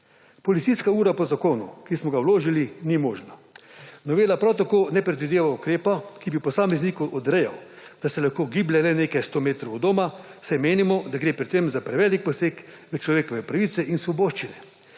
Policijska ura po zakonu, ki smo ga vložili, ni možna. Novela prav tako ne predvideva ukrepa, ki bi posamezniku odrejal, da se lahko giblje le nekaj 100 metrov od doma, saj menimo, da gre pri tem za prevelik poseg v človekove pravice in svoboščine